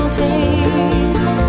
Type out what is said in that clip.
taste